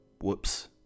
whoops